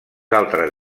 altres